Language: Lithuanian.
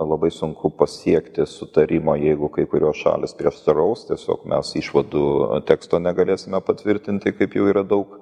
labai sunku pasiekti sutarimą jeigu kai kurios šalys prieštaraus tiesiog mes išvadų teksto negalėsime patvirtinti kaip jau yra daug